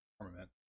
armament